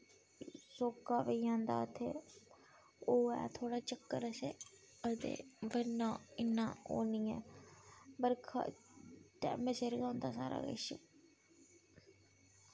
साढ़े इस एरिये च जम्मू च हून एह्दे आस्तै गोरमैंट ने केह् कीते दा ट्रेना बी लाई दि्यां पर ट्रेन च बी बड़ा रश ऐ ज्हाज बी औंदे ओह्दे च बी बड़ा रश ऐ